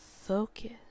focus